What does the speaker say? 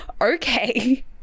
Okay